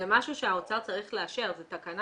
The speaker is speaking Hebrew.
זה משהו שהאוצר צריך לאשר, זה תקנה